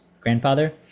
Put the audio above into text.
grandfather